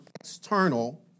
external